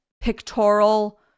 pictorial